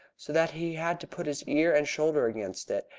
so that he had to put his ear and shoulder against it,